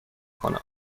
کنم